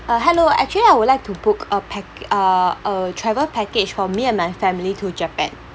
uh hello actually I would like to book a pack~ uh a travel package for me and my family to japan